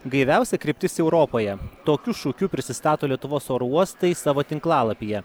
gaiviausia kryptis europoje tokiu šūkiu prisistato lietuvos oro uostai savo tinklalapyje